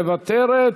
מוותרת,